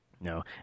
No